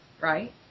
right